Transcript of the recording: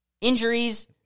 Injuries